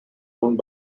owned